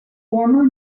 former